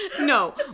no